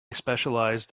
specialized